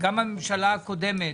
גם הממשלה הקודמת